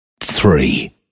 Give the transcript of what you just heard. Three